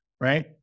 right